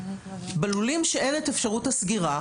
בלולים שאין את אפשרות הסגירה,